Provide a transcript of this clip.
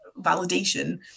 validation